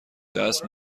دست